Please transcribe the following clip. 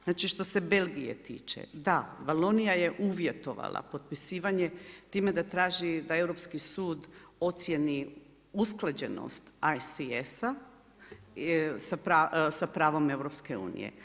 Znači što se Belgije tiče, da Valonija je uvjetovala potpisivanje time da traži da Europski sud ocjeni usklađenost ICS-a sa pravom EU.